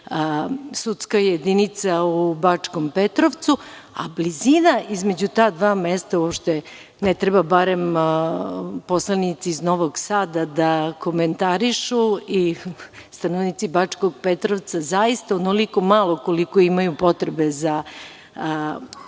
sudska jedinica u Bačkom Petrovcu, a blizina između ta dva mesta uopšte ne treba. Barem poslanici iz Novog Sada da komentarišu i stanovnici Bačkog Petrovca, zaista onoliko malo koliko imaju potrebe za